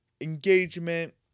engagement